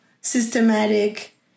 systematic